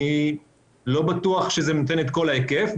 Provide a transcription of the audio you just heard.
אני לא בטוח שזה נותן את כל ההיקף.